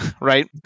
right